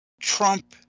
Trump